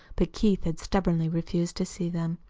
but keith had stubbornly refused to see them,